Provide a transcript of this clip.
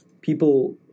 people